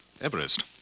Everest